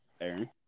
Aaron